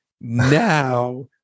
now